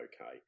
okay